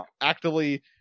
actively